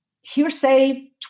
hearsay